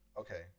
Okay